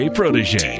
Protege